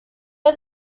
der